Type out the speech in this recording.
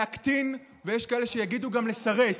להקטין, ויש כאלה שיגידו גם לסרס,